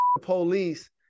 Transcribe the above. police